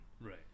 Right